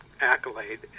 accolade